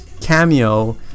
cameo